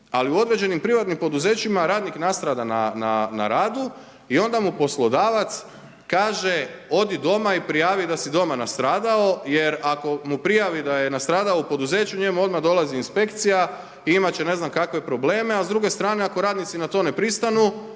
Ali u određenim privatnim poduzećima radnik nastrada na radu i onda mu poslodavac kaže odi doma i prijavi da si doma nastradao jer ako mu prijavi da je nastradao u poduzeću njemu odmah dolazi inspekcija i imat će ne znam kakve probleme, a s druge strane ako radnici na to ne pristanu